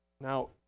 Now